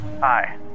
Hi